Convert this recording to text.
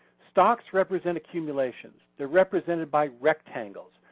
stocks represent accumulations. they're represented by rectangles.